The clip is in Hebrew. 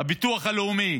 הביטוח הלאומי.